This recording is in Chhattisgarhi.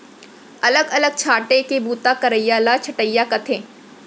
अलग अलग छांटे के बूता करइया ल छंटइया कथें